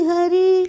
Hari